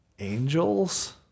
Angels